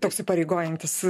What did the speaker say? toks įpareigojantis